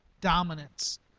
dominance